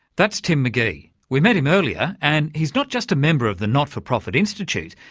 that's tim mcgee. we met him earlier, and he's not just a member of the not-for-profit institute,